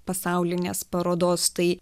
pasaulinės parodos tai